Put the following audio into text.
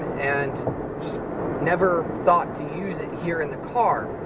and just never thought to use it here in the car.